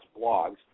blogs